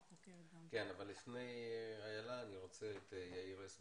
יאיר הס,